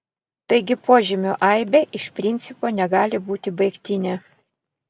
taigi požymių aibė iš principo negali būti baigtinė